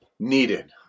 Needed